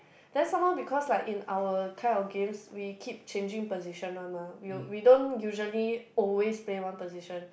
then some more because like in our kind of games we keep changing position one mah we will we don't usually always play one position